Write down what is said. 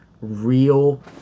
real